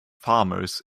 farmers